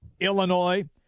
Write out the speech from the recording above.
illinois